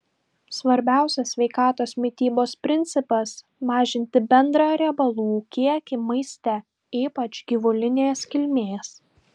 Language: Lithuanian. svarbiausias sveikos mitybos principas mažinti bendrą riebalų kiekį maiste ypač gyvulinės kilmės